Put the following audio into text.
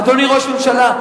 אדוני ראש הממשלה,